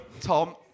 Tom